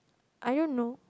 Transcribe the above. I don't know